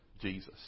Jesus